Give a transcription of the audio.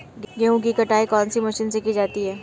गेहूँ की कटाई कौनसी मशीन से की जाती है?